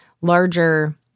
larger